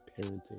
parenting